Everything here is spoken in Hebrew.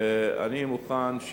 אני מוכן,